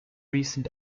recent